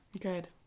Good